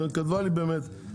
היא כתבה לי באמת,